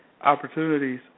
opportunities